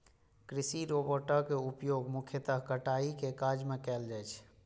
कृषि रोबोटक उपयोग मुख्यतः कटाइ के काज मे कैल जाइ छै